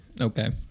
Okay